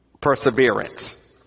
perseverance